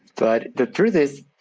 but the truth is,